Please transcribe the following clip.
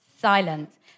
silence